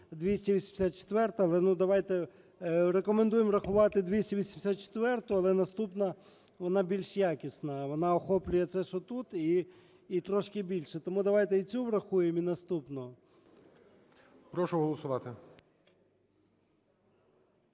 284-у. Але наступна, вона більш якісна, вона охоплює це, що тут, і трошки більше. Тому давайте і цю врахуємо, і наступну. ГОЛОВУЮЧИЙ. Прошу голосувати.